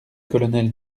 colonel